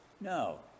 No